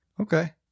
Okay